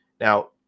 Now